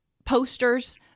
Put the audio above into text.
Posters